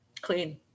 Clean